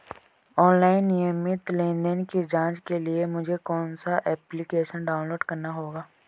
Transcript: Online नियमित लेनदेन की जांच के लिए मुझे कौनसा एप्लिकेशन डाउनलोड करना होगा?